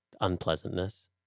unpleasantness